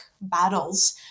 battles